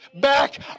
back